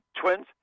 twins